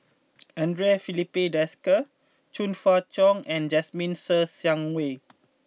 Andre Filipe Desker Chong Fah Cheong and Jasmine Ser Xiang Wei